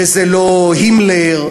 וזה לא הימלר,